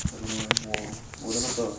I don't know eh 我我的那个